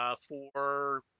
ah for